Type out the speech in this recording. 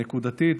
נקודתית,